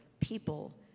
people